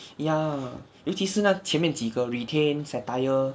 ya 尤其是那前面几个 retain satire